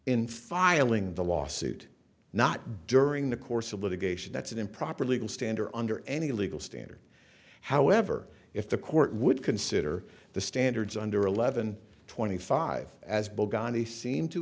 in filing the lawsuit not during the course of litigation that's an improper legal standard under any legal standard however if the court would consider the standards under eleven twenty five as